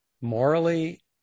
morally